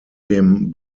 dem